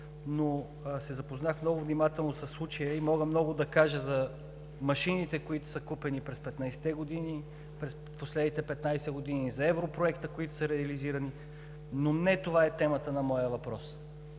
но се запознах много внимателно със случая и мога много да кажа за машините, купени през последните 15 години, за европроектите, които са реализирани. Но не това е темата на моя въпрос.